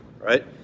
right